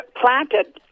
planted